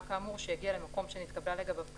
כאמור שהגיע למקום שנתקבלה לגביו קריאה,